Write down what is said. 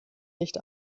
nicht